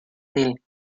del